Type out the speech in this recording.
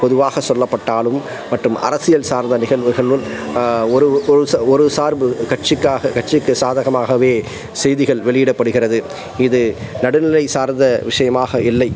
பொதுவாக சொல்லப்பட்டாலும் மற்றும் அரசியல் சார்ந்த நிகழ்வுகளுல் ஒரு ஒரு சா ஒரு சார்பு கட்சிக்காக கட்சிக்கு சாதகமாகவே செய்திகள் வெளியிடப்படுகிறது இது நடுநிலைச் சார்ந்த விஷயமாக இல்லை